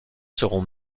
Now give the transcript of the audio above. seront